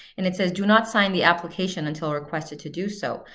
and it says, do not sign the application until requested to do so.